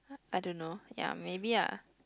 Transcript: I don't know ya maybe ah